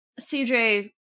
CJ